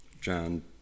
John